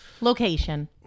Location